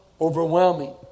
Overwhelming